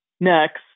Next